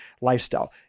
lifestyle